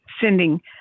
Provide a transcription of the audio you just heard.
sending